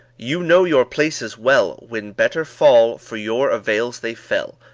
you know your places well when better fall, for your avails they fell.